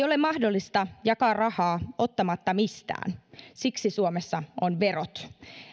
ole mahdollista jakaa rahaa ottamatta mistään siksi suomessa on verot